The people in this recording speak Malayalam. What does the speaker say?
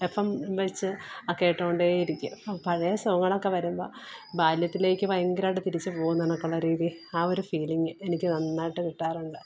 എഫ് എം വെച്ച് കേട്ടുകൊണ്ടായിരിക്കും പഴയ സോങ്ങുകളൊക്കെ വരുമ്പം ബാല്യത്തിലേക്ക് ഭയങ്കരമായിട്ട് തിരിച്ചു പോകുന്ന കണക്കുള്ള രീതി ആ ഒരു ഫീലിങ്ങ് എനിക്ക് നന്നായിട്ട് കിട്ടാറുണ്ട്